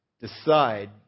decide